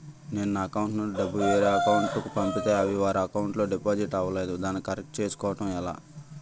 నేను నా అకౌంట్ నుండి డబ్బు వేరే వారి అకౌంట్ కు పంపితే అవి వారి అకౌంట్ లొ డిపాజిట్ అవలేదు దానిని కరెక్ట్ చేసుకోవడం ఎలా?